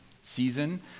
season